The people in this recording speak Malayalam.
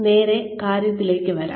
നേരെ കാര്യത്തിലേക്ക് വരാം